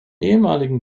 ehemaligen